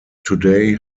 today